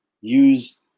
use